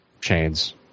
chains